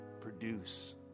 produce